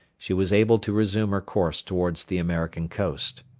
she was able to resume her course towards the american coast.